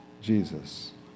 Jesus